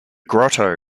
grotto